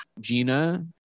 Gina